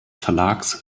verlags